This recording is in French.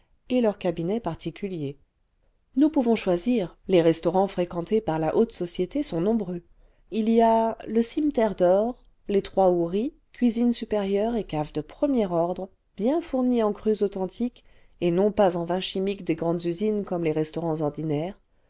et leurs cabinets particuliers nous pouvons choisir les restaurants fréquentés par la haute société sont nombreux il y a le cimeterre d'or les trois souris cuisine supérieure et cave de premier ordre bien fournie en crus authentiques et non pas en vins chimiques des grandes usines comme les restaurants ordinaires